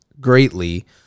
greatly